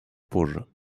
позже